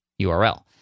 URL